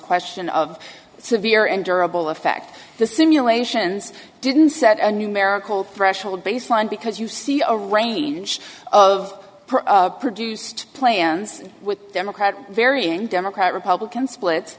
question of severe and durable effect the simulations didn't set a numerical threshold baseline because you see a range of produced plans with democrat varying democrat republican splits